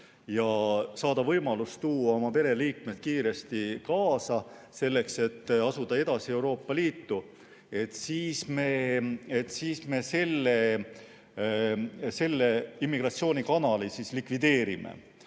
ja saada võimalus tuua oma pereliikmed kiiresti kaasa, selleks et suunduda edasi Euroopa Liitu, siis me selle immigratsioonikanali likvideerime. Ülikoolide